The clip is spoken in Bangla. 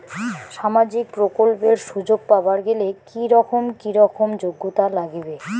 সামাজিক প্রকল্পের সুযোগ পাবার গেলে কি রকম কি রকম যোগ্যতা লাগিবে?